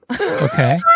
Okay